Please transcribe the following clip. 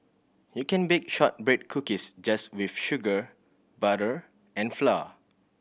you can bake shortbread cookies just with sugar butter and flour